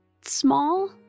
small